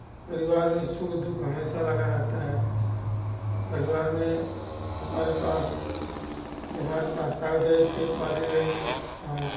परिवार में सुख दुख हमेशा लगा रहता है परिवार में हमारे पास जब हमारे ताकत रहेगी खेती बाड़ी रहेगी